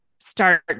start